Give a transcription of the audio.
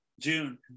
june